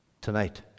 Tonight